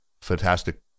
fantastic